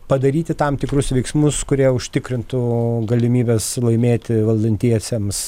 padaryti tam tikrus veiksmus kurie užtikrintų galimybes laimėti valdantiesiems